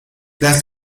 las